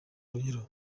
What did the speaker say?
urugero